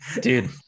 dude